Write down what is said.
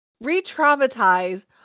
re-traumatize